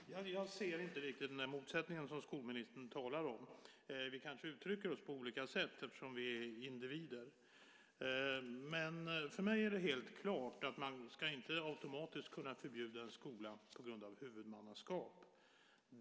Herr talman! Jag ser inte riktigt motsättningen som skolministern talar om. Vi kanske uttrycker oss på olika sätt eftersom vi är individer. Men för mig är det helt klart att man inte automatiskt ska kunna förbjuda en skola på grund av huvudmannaskap.